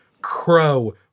Crow